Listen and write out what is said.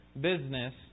business